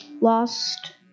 lost